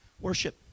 Worship